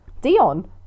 Dion